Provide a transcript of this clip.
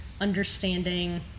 understanding